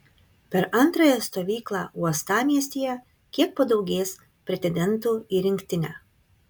per antrąją stovyklą uostamiestyje kiek padaugės pretendentų į rinktinę